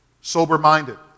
Sober-minded